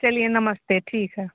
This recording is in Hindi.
चलिए नमस्ते ठीक है